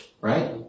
right